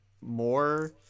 more